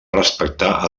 respectar